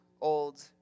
old